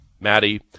Maddie